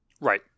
Right